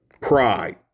pride